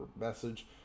message